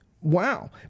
wow